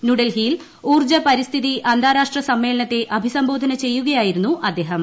ന്യൂഡൽഹിയിൽ ഉൌർജ്ജ പരിസ്ഥിതി അന്താരാഷ്ട്ര സമ്മേളനത്തെ അഭിസംബോധന ചെയ്യുകയായിരുന്നു അദ്ദേഹം